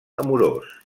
amorós